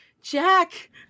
Jack